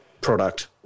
product